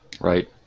Right